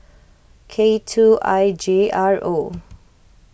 K two I J R O